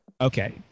okay